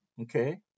okay